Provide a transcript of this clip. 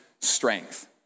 strength